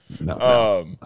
no